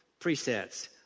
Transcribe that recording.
presets